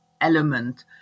element